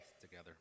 together